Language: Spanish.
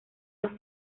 los